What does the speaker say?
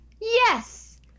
Yes